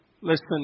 listen